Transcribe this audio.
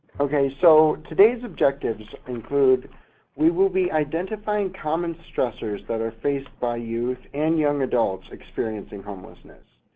okay, so today's objectives include we will be identifying common stressors that are faced by youth and young adults experiencing homelessness.